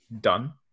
done